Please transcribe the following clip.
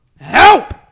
help